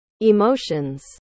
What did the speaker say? emotions